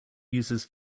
uses